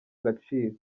agaciro